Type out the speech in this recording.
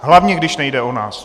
Hlavně, když nejde o nás!